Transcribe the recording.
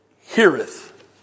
heareth